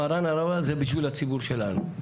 מרן הרב עובדיה זה בשביל הציבור שלנו.